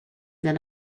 than